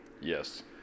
Yes